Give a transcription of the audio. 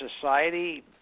society